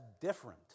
different